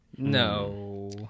No